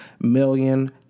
million